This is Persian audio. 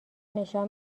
نشان